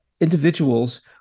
individuals